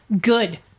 good